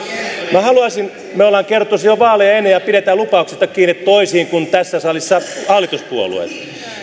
me olemme kertoneet sen jo vaaleja ennen ja pidämme lupauksista kiinni toisin kuin tässä salissa hallituspuolueet